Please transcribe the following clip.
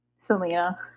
Selena